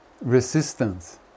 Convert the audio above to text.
resistance